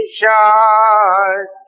shine